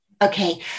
Okay